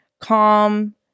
calm